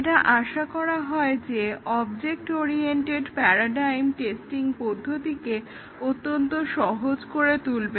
এটা আশা করা হয় যে অবজেক্ট ওরিয়েন্টেড প্যারাডাইম টেস্টিং পদ্ধতিকে অত্যন্ত সহজ করে তুলবে